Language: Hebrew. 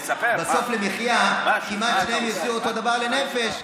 בסוף למחיה כמעט שניהם יקבלו אותו הדבר לנפש,